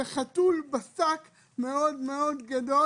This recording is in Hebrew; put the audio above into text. וחתול בשק מאוד גדול.